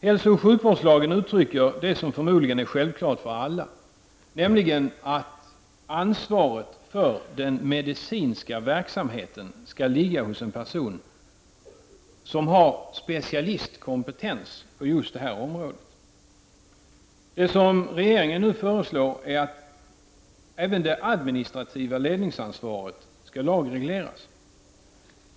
Hälsooch sjukvårdslagen uttrycker det som förmodligen är självklart för alla, nämligen att ansvaret för den medicinska verksamheten skall ligga hos en person som har specialistkompetens på just det området. Det som regeringen nu föreslår är att även det administrativa ledningsan svaret skall lagregleras.